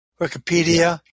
Wikipedia